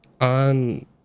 on